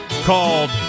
called